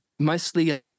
mostly